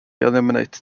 eliminate